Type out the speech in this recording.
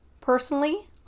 Personally